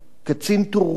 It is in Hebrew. קצין טורקי,